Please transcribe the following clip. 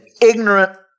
ignorant